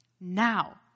now